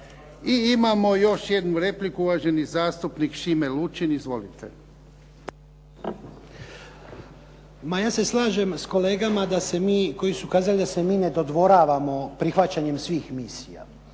I imamo još jednu repliku. Uvaženi zastupnik Šime Lučin. Izvolite. **Lučin, Šime (SDP)** Ja se slažem s kolegama koji su kazali da se mi ne dodvoravamo prihvaćanjem svih misija.